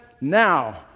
now